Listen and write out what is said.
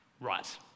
Right